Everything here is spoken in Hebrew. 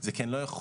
זה כי אני לא יכול.